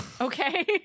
Okay